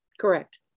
correct